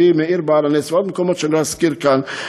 קבר רבי מאיר בעל הנס ועוד מקומות שלא אזכיר כאן,